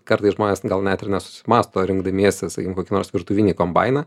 kartais žmonės gal net ir nesusimąsto rinkdamiesi sakykim kokį nors virtuvinį kombainą